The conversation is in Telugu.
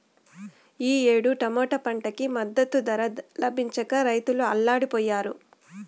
ఈ ఏడు టమాటా పంటకి మద్దతు ధర లభించక రైతులు అల్లాడిపొయ్యారు